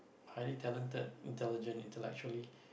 highly talented intelligent intellectually